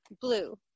blue